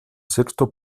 sexto